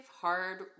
hard